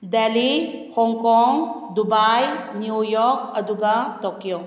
Delhi Hong Kong Dubai New York ꯑꯗꯨꯒ Tokyo